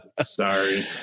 Sorry